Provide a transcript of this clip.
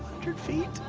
hundred feet.